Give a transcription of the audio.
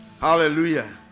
Hallelujah